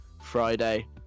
Friday